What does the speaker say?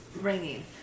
ringing